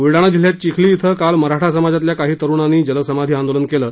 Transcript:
बुलडाणा जिल्हयात चिखली इथं काल मराठा समाजातल्या काही तरूणांनी जलसमाधी आंदोलन केलं